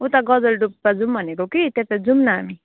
उता गजलडुब्बा जाउँ भनेको कि त्यता जाउँ न हामी